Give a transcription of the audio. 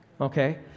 Okay